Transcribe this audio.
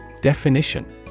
Definition